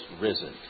risen